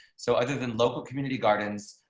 so i didn't local community gardens,